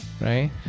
right